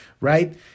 right